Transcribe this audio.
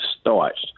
starts